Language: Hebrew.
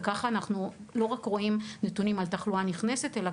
וכך אנחנו לא רק רואים נתונים על תחלואה נכנסת אלא